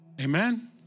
Amen